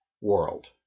world